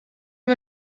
wir